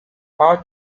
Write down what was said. power